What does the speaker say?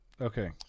Okay